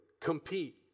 Compete